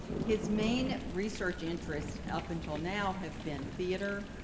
his main research interests up until now has been theater,